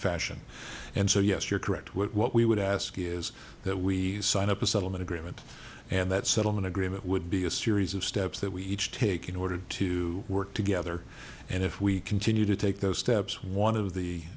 fashion and so yes you're correct what what we would ask is that we signed up a settlement agreement and that settlement agreement would be a series of steps that we each take in order to work together and if we continue to take those steps one of the